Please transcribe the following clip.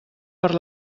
per